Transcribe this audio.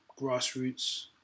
grassroots